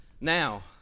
Now